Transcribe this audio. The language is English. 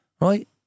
Right